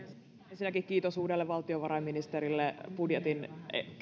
ensinnäkin kiitos uudelle valtiovarainministerille budjetin